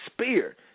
spear